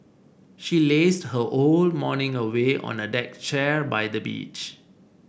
she lazed her whole morning away on a deck chair by the beach